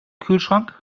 kühlschrank